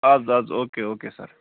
اَدٕ حظ اَدٕ حظ او کے او کے سَر